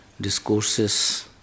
discourses